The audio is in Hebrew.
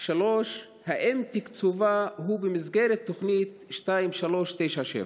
3. האם תקצובה הוא במסגרת תוכנית 2397?